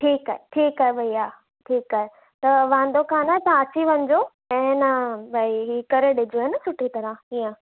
ठीकु आहे ठीकु आहे भैया ठीकु आहे त वांदो कान आहे तव्हां अची वञिजो ऐं आहे न भई ई करे ॾिजो आहे न सुठी तरह हीअं